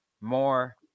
more